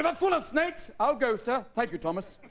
but full of snakes i'll go sir, thank you thomas